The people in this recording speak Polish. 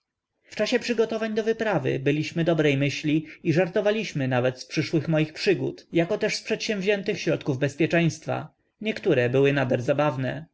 czasie przygotowań do wyprawy byliśmy dobrej myśli i żartowaliśmy nawet z przyszłych moich przygód jakoteż z przedsięwziętych środków bezpieczeństwa niektóre były nader zabawne